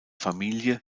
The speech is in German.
familie